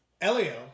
Elio